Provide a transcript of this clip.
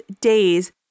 days